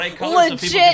legit